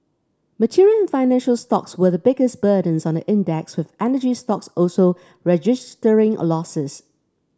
material and financial stocks were the biggest burdens on the index with energy stocks also registering a losses